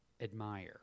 admire